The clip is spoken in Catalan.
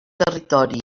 territori